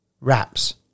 wraps